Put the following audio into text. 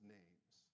names